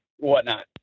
whatnot